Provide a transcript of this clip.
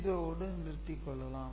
இதோடு நிறுத்திக் கொள்ளலாம்